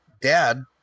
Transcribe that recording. dad